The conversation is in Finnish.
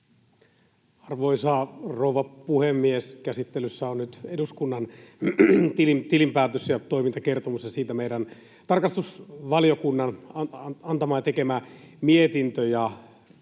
Arvoisa rouva puhemies! Käsittelyssä ovat nyt eduskunnan tilinpäätös ja toimintakertomus ja niistä meidän tarkastusvaliokunnan tekemä ja antama mietintö.